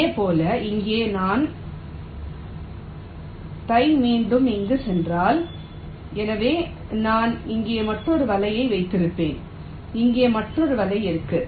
இதேபோல் இங்கே இருந்தால் நான் மீண்டும் இங்கே செல்கிறேன் எனவே நான் இங்கே மற்றொரு வலையை வைத்திருப்பேன் இங்கே மற்றொரு வலை இருக்கும்